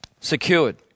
secured